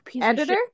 editor